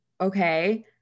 okay